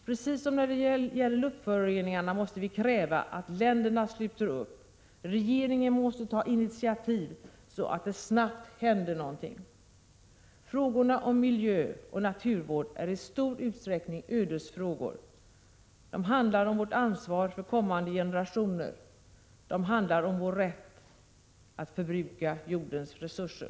Precis som när det gäller luftföroreningarna måste vi kräva, att länderna sluter upp. Regeringen måste ta initiativ så att det snabbt händer någonting. Frågorna om miljö och naturvård är i stor utsträckning ödesfrågor. De handlar om vårt ansvar för kommande generationer, de handlar om vår rätt att förbruka jordens resurser.